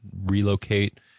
relocate